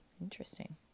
Interesting